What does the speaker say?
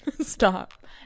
Stop